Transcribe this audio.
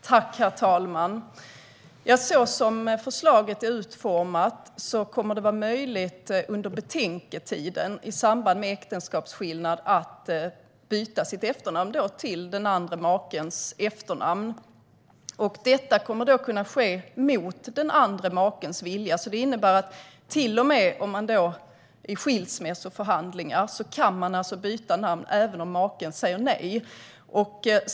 Herr talman! Så som förslaget är utformat kommer det att vara möjligt att byta sitt efternamn under betänketiden i samband med äktenskapsskillnad, och då till makens eller makans efternamn. Detta kommer att kunna ske mot makens eller makans vilja, vilket innebär att man till och med i skilsmässoförhandlingar kan byta namn även om maken eller makan säger nej.